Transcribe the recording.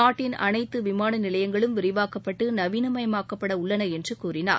நாட்டின் அனைத்து விமான நிலையங்களும் விரிவாக்கப்பட்டு நவீனமாயமாக்கப்பட உள்ளன என்று கூறினார்